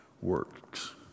works